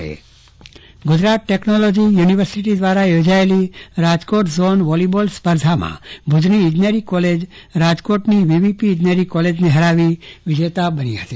Chandravadan Pattani volleyball વિજેતા Gujarat technology university દ્વારા યોજાયેલી રાજકોટ ખાતેની વોલીબોલ સ્પર્ધામાં ભુજની ઈજનેરી કોલેજ રાજકોટની વીવીપી ઈજનેરી કોલેજને હરાવી વિજેતાબની હતી